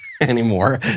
anymore